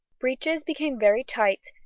breeches became very tight,